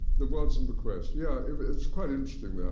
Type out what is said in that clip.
the waddesdon bequest. yeah, it's quite interesting, that,